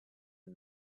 and